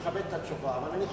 מכבד את התשובה, אבל אני חושב,